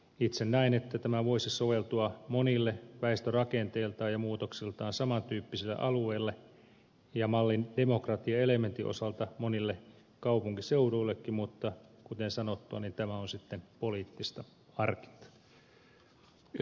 itse näen että tämä voisi soveltua monille väestörakenteeltaan ja muutoksiltaan saman tyyppisille alueille ja mallin demokratiaelementin osalta monille kaupunkiseuduillekin mutta kuten sanottua tämä on sitten poliittista harkintaa